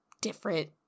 different